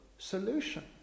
solution